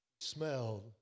smelled